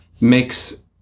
makes